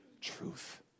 truth